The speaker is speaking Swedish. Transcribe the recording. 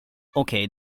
okej